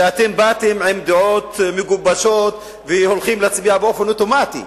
שאתם באתם עם דעות מגובשות והולכים להצביע באופן אוטומטי,